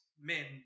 men